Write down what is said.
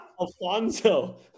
Alfonso